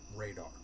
radar